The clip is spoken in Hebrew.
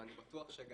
ואני בטוח שגם